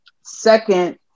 Second